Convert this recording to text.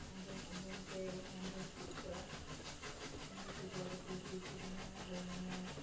ᱟᱸᱡᱚᱢᱼᱟᱸᱡᱚᱢᱛᱮ ᱤᱧᱦᱚᱸ ᱟᱸᱡᱚᱢ ᱪᱮᱫ ᱟᱠᱟᱫᱼᱟ ᱤᱧ ᱞᱟᱹᱴᱩ ᱜᱚ ᱟᱹᱰᱤ ᱡᱳᱨᱜᱮ ᱥᱮᱨᱮᱧᱟ ᱞᱟᱹᱭ ᱟᱹᱧᱟᱹᱭ